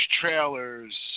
trailers